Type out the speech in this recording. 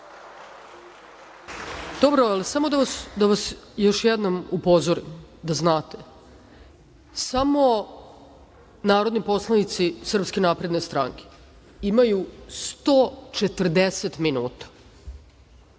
Dobro, ali samo da vas još jednom upozorim, da znate. Samo narodni poslanici SNS imaju 140 minuta.